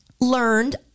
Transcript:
learned